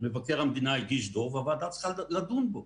מבקר המדינה הגיש דוח, והוועדה צריכה לדון בו.